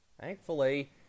thankfully